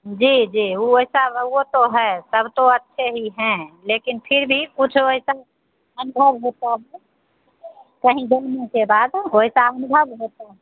जी जी वो ऐसा वो तो है सब तो अच्छे ही हैं लेकिन फिर भी कुछ वैसा ही अनुभव होता है कहीं घूमने के बाद वैसा अनुभव होता है